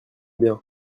bien